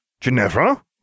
Ginevra